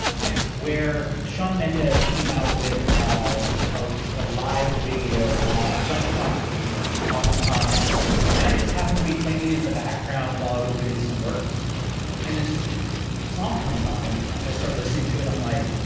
yeah. where shawn mendez came out with a ah ah live video on live concert on on netflix. and i just happened to be playing it in the background while i was doing some work and this song comes on and i start listening to it. i'm like,